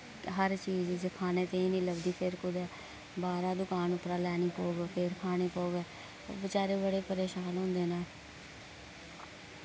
हर चीज च खाने ताईं निं लभदी फिर कुतै बाह्रा दुकान उप्परा लैनी पवै फिर खानी पवै बचारे बड़े परेशान होंदे नै